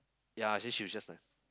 ya then she was just like